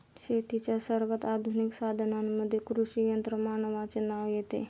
शेतीच्या सर्वात आधुनिक साधनांमध्ये कृषी यंत्रमानवाचे नाव येते